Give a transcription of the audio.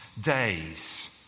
days